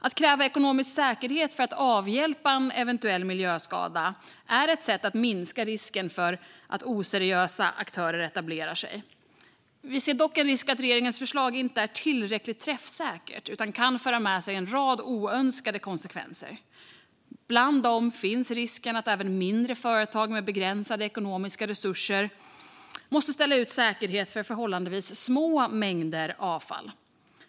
Att kräva ekonomisk säkerhet för att avhjälpa en eventuell miljöskada är ett sätt att minska risken för att oseriösa aktörer etablerar sig. Vi ser dock en risk att regeringens förslag inte är tillräckligt träffsäkert utan kan föra med sig en rad oönskade konsekvenser. Bland dem finns risken att även mindre företag med begränsade ekonomiska resurser måste ställa ut säkerhet för förhållandevis små mängder avfall.